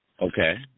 Okay